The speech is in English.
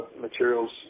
materials